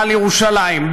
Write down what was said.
על ירושלים,